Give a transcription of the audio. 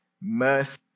mercy